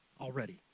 already